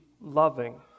loving